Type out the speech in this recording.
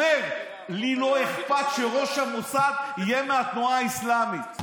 אומר: לי לא אכפת שראש המוסד יהיה מהתנועה האסלאמית.